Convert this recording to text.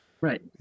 Right